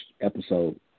episode